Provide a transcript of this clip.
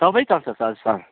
सबै चल्छ sir sir